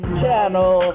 channel